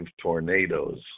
tornadoes